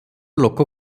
ଲୋକ